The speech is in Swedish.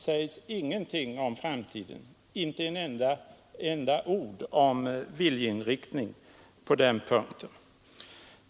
Det sägs inte ett enda ord om framtiden och om viljeinriktningen på den punkten.